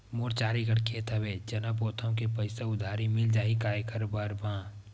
मोर चार एकड़ खेत हवे चना बोथव के पईसा उधारी मिल जाही एक बार मा?